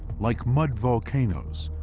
like mud volcanoes,